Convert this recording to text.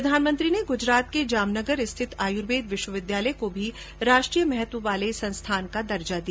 प्रधानमंत्री ने गुजरात के जामनगर स्थित आयुर्वेद विश्वविद्यालय को भी राष्ट्रीय महत्व वाले संस्थान का दर्जा दिया